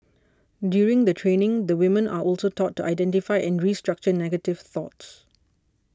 during the training the women are also taught to identify and restructure negative thoughts